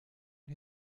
und